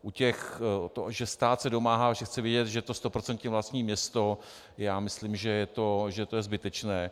U těch, to, že stát se domáhá, že chce vědět, že to stoprocentně vlastní město, já myslím, že to je zbytečné.